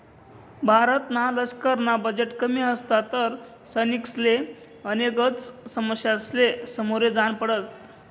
भारतना लशकरना बजेट कमी असता तर सैनिकसले गनेकच समस्यासले समोर जान पडत